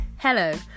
Hello